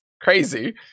crazy